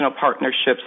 partnerships